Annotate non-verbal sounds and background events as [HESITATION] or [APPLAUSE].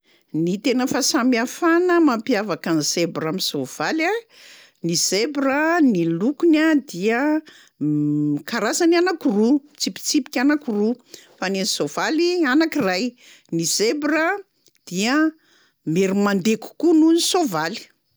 Ny tena fahasamihafana mampiavaka ny zebra amin'ny soavaly a: ny zebra ny lokony a dia [HESITATION] karazany anankiroa, tsipitsipika anankiroa, fa ny an'ny soavaly anankiray; ny zebra dia miery mandeha kokoa noho ny soavaly.